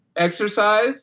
Exercise